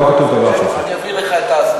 כתוב בתלמוד שלא ראוי לדבר בשם המת.